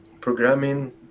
programming